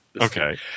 Okay